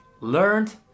learned